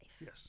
Yes